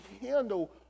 handle